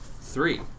three